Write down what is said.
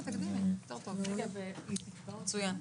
מצוין.